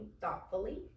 thoughtfully